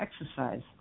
exercise